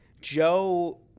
Joe